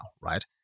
right